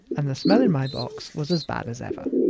and the smell in my box was as bad as ever.